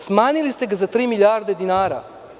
Smanjili ste ga za tri milijarde dinara.